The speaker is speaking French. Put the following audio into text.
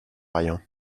rien